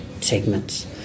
segments